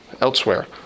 elsewhere